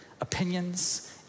opinions